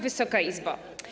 Wysoka Izbo!